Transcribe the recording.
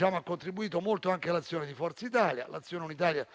hanno contribuito molto l'azione di Forza Italia e quella unitaria